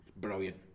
Brilliant